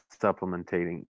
supplementating